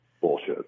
Bullshit